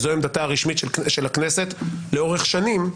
וזו עמדתה הרשמית של הכנסת לאורך שנים,